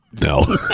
No